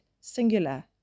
Singular